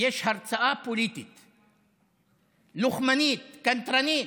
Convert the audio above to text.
יש הרצאה פוליטית לוחמנית, קנטרנית.